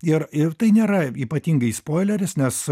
ir ir tai nėra ypatingai spoileris nes